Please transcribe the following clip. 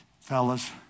Fellas